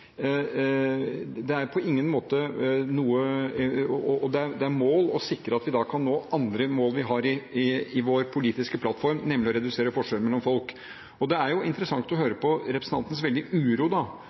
Det er på ingen måte noe annet mål enn å sikre at vi da kan nå andre mål vi har i vår politiske plattform, nemlig å redusere forskjellene mellom folk. Det er jo interessant å høre